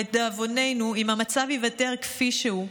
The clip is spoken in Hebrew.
לדאבוננו, אם המצב ייוותר כפי שהוא,